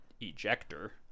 ejector